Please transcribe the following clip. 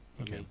Okay